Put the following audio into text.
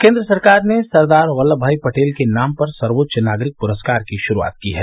केन्द्र सरकार ने सरदार वल्लभभाई पटेल के नाम पर सर्वोच्च नागरिक पुरस्कार की शुरूआत की है